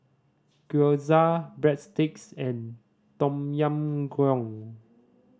Gyoza Breadsticks and Tom Yam Goong